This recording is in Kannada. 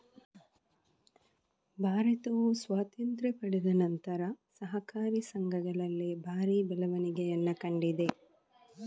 ಭಾರತವು ಸ್ವಾತಂತ್ರ್ಯ ಪಡೆದ ನಂತರ ಸಹಕಾರಿ ಸಂಘಗಳಲ್ಲಿ ಭಾರಿ ಬೆಳವಣಿಗೆಯನ್ನ ಕಂಡಿದೆ